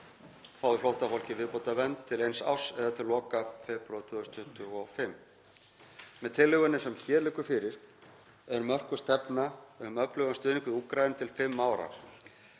fái flóttafólkið viðbótarvernd til eins árs, eða til loka febrúar 2025. Með tillögunni sem hér liggur fyrir er mörkuð stefna um öflugan stuðning við Úkraínu til fimm ára.